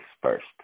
first